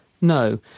No